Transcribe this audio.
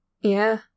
Yeah